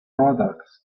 products